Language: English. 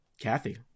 Kathy